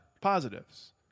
Positives